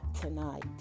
tonight